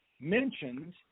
mentions